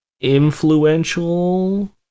influential